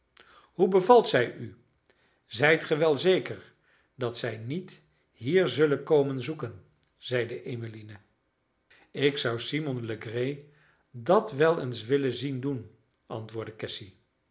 hoe bevalt zij u zijt ge wel zeker dat zij niet hier zullen komen zoeken zeide emmeline ik zou simon legree dat wel eens willen zien doen antwoordde cassy